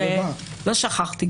לא שכחתי,